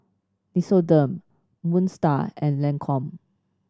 Nixoderm Moon Star and Lancome